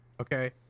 okay